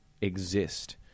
exist